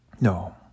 No